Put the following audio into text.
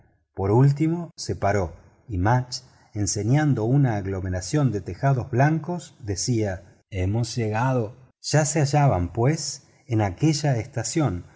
por último se paró y mudge enseñando una aglomeración de tejados blancos decía hemos llegado ya se hallaban pues en aquella estación